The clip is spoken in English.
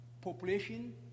Population